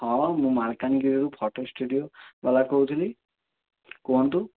ହଁ ମୁଁ ମାଲକାନଗିରିରୁ ଫଟୋ ଷ୍ଟୁଡିଓ ବାଲା କହୁଥିଲି କୁହନ୍ତୁ